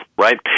right